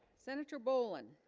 senator boland